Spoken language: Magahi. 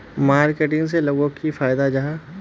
मार्केटिंग से लोगोक की फायदा जाहा?